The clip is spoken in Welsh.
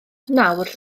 nawr